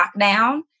lockdown